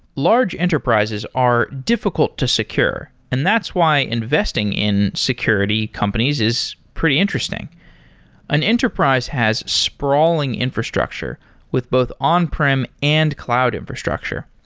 large enterprises are difficult to secure and that's why investing in security companies is pretty interesting an enterprise has sprawling infrastructure with both on-prem and cloud infrastructure.